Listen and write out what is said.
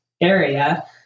area